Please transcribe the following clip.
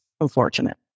unfortunate